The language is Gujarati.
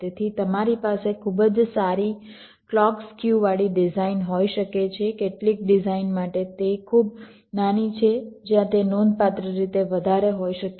તેથી તમારી પાસે ખૂબ જ સારી ક્લૉક સ્ક્યુ વાળી ડિઝાઇન હોઈ શકે છે કેટલીક ડિઝાઇન માટે તે ખૂબ નાની છે જ્યાં તે નોંધપાત્ર રીતે વધારે હોઈ શકે છે